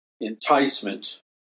Enticement